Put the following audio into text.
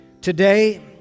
today